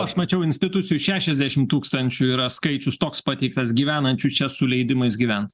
aš mačiau institucijų šešiasdešimt tūkstančių yra skaičius toks pateiktas gyvenančių čia su leidimais gyvent